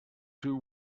two